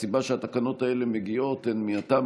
הסיבה שהתקנות הללו מגיעות היא הטעם